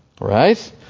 right